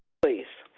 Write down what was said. please.